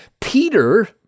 Peter—